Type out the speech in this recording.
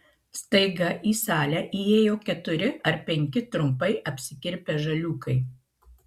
staiga į salę įėjo keturi ar penki trumpai apsikirpę žaliūkai